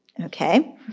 okay